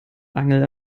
angel